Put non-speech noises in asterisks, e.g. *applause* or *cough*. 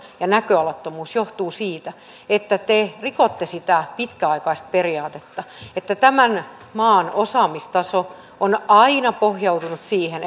ja näköalattomuus tällä hetkellä johtuu siitä että te rikotte sitä pitkäaikaista periaatetta että tämän maan osaamistaso on aina pohjautunut siihen *unintelligible*